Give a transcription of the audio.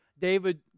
David